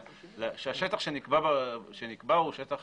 שהשטח שנקבע הוא שטח